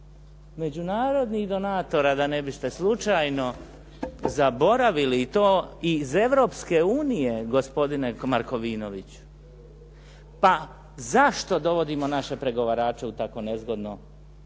međunarodnih donatora da ne biste slučajno zaboravili i to iz Europske unije gospodine Markovinoviću. Pa zašto dovodimo naše pregovarače u tako nezgodnu